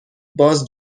باز